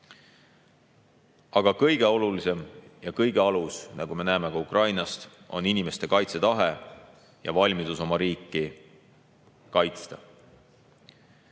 Aga kõige olulisem ja kõige alus, nagu me näeme ka Ukrainast, on inimeste kaitsetahe ja valmidus oma riiki kaitsta.